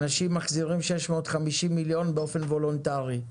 אנשים מחזירים 650 מיליון באופן וולונטרי.